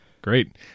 Great